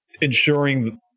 ensuring